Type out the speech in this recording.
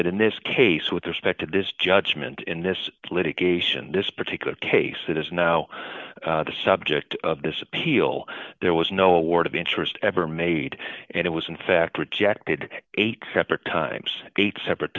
that in this case with respect to this judgment in this litigation this particular case that is now the subject of this appeal there was no award of interest ever made and it was in fact rejected eight separate times eight separate